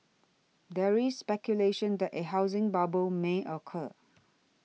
there is speculation that a housing bubble may occur